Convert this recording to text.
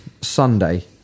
Sunday